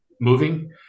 moving